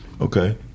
Okay